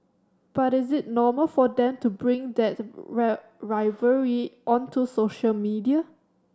but is it normal for them to bring that rivalry onto social media